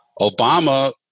Obama